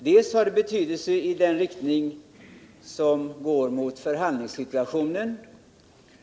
För det första har det betydelse för förhandlingssituationen.